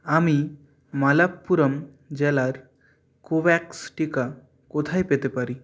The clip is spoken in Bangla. আমি মালাপ্পুরম জেলায় কোভোভ্যাক্স টিকা কোথায় পেতে পারি